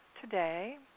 today